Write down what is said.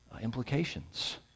implications